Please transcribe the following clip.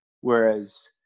Whereas